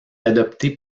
adopté